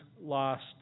lost